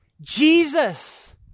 Jesus